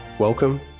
Welcome